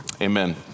Amen